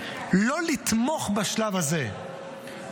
לא לתמוך בשלב הזה,